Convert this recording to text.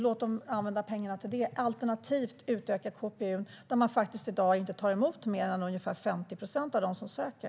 Ett alternativ vore att utöka KPU:n, där man i dag inte tar emot mer än ungefär 50 procent av dem som söker.